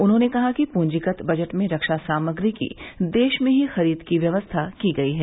उन्होंने कहा कि पूंजीगत बजट में रक्षा सामग्री की देश में ही खरीद की व्यवस्था की गई है